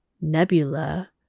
Nebula